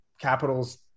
capitals